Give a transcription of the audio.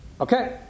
okay